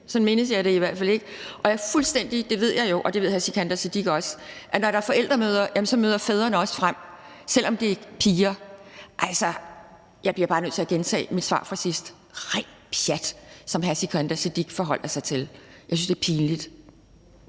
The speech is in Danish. Sådan mindes jeg det i hvert fald ikke. Og jeg er fuldstændig sikker på – det ved jeg jo, og det ved hr. Sikandar Siddique også – at når der er forældremøder, møder fædrene også frem, selv om det er piger. Altså, jeg bliver bare nødt til at gentage mit svar fra sidst: Det, hr. Sikandar Siddique forholder sig til, er rent pjat. Jeg synes, det er pinligt!